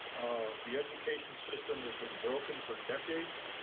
the education system has been broken for decades.